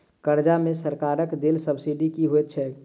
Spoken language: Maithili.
कर्जा मे सरकारक देल सब्सिडी की होइत छैक?